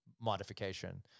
modification